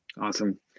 Awesome